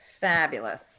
Fabulous